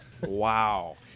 wow